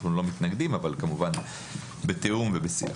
אנחנו לא מתנגדים אבל כמובן בתיאום ובשיח.